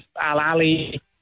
Al-Ali